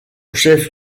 chef